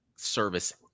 service